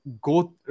go